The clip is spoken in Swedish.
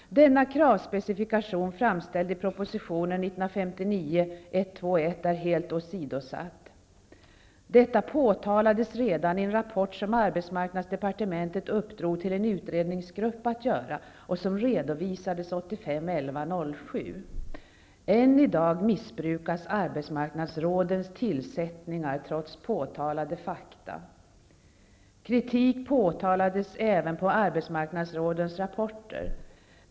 Denna kravspecifikation, framställd i propositionen 1959:121, är helt åsidosatt. Detta påtalades redan i en rapport som arbetsmarknadsdepartementet uppdrog åt en utredningsgrupp att göra och som redovisades den 7 november 1985. Än i dag missbrukas tillsättningen av arbetsmarknadsråden, trots att fakta har påpekats. Kritik påtalades även mot arbetsmarknadsrådens rapporter.